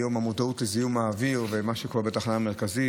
היום המודעות לזיהום האוויר ומה שקורה בתחנה המרכזית,